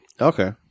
Okay